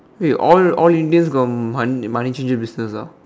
wait all all Indian's got money money changer business ah